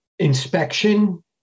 inspection